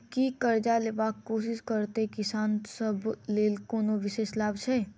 की करजा लेबाक कोशिश करैत किसान सब लेल कोनो विशेष लाभ छै?